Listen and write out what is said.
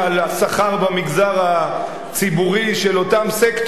השכר במגזר הציבורי של אותם סקטורים